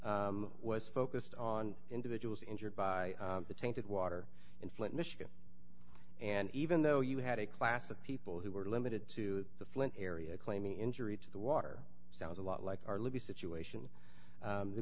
case was focused on individuals injured by the tainted water in flint michigan and even though you had a class of people who were limited to the flint area claiming injury to the water sounds a lot like our libby situation